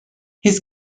his